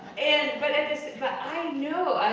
and but and so i know,